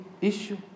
issue